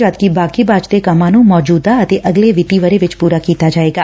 ਜਦਕਿ ਬਾਕੀ ਬਚਦੇ ਕੰਮਾਂ ਨੂੰ ਮੌਜੁਦਾ ਅਤੇ ਅਗਲੇ ਵਿੱਤੀ ਵਰ੍ਹੇ ਚ ਪੁਰਾ ਕੀਤਾ ਜਾਵੇਗਾ